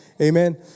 Amen